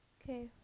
Okay